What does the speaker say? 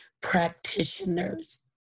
practitioners